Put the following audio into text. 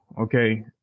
okay